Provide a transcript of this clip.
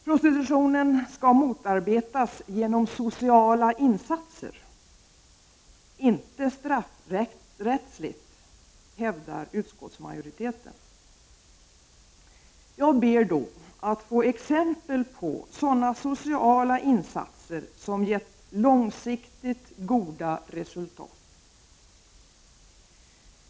Prostitutionen skall motarbetas genom sociala insatser, inte straffrättsligt, hävdar utskottsmajoriteten. Jag ber då att få exempel på sådana sociala insatser som gett långsiktigt goda resultat.